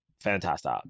fantastic